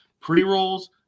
pre-rolls